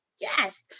yes